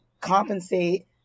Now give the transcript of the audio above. compensate